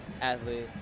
athlete